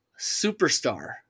superstar